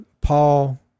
Paul